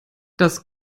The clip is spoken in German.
das